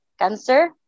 cancer